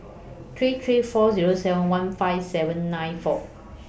three three four Zero seven one five seven nine four